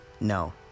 no